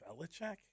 Belichick